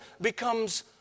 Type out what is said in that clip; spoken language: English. becomes